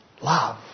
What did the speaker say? love